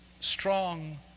strong